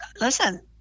listen